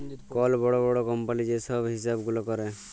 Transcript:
call বড় বড় কম্পালির যে ছব হিছাব গুলা ক্যরে